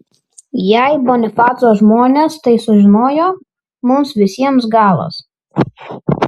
jei bonifaco žmonės tai sužinojo mums visiems galas